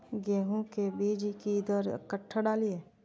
गेंहू के बीज कि दर कट्ठा डालिए?